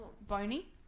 Bony